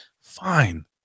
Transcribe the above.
fine